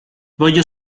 voglio